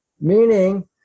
meaning